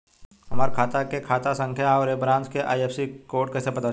हमार खाता के खाता संख्या आउर ए ब्रांच के आई.एफ.एस.सी कोड कैसे पता चली?